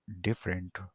different